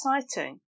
exciting